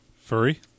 Furry